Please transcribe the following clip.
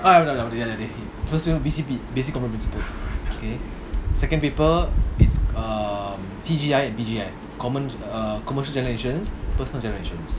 B_C_P basic common principles okay second paper it's um C_G_I and B_G_I commo~ err commercial generations personal generations